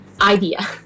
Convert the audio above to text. idea